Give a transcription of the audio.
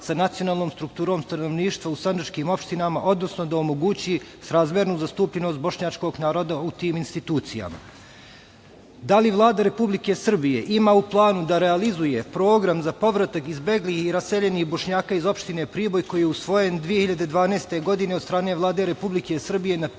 sa nacionalnom strukturom stanovništva u Sandžačkim opštinama, odnosno, da omogući srazmernu zastupljenost bošnjačkog naroda u tim institucijama? Da li Vlada Republike Srbije ima u planu da realizuje program za povratak izbeglih i raseljenih Bošnjaka iz opštine Priboj koji je usvojen 2012. godine od strane Vlade Republike Srbije na predlog